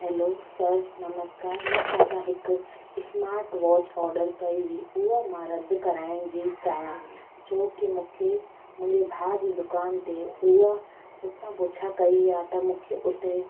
hello sir नमस्कार मां तव्हांखां हिकु स्मार्ट वॉच ऑर्डर कई हुई हुअ मां रद कराइण जी चाहियां छो की मूंखे मुंहिंजे भाउ जी दुकान ते हुअ उतां पुछा कई आहे त मूंखे उते